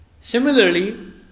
Similarly